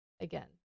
again